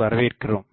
வரவேற்கிறோம்